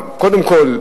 קודם כול,